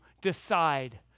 decide